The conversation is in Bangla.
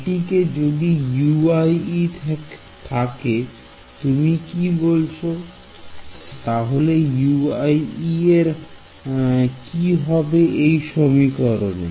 এটিতে যদি থাকে তুমি যা বলছ তাহলে এর কি হবে এই সমীকরনে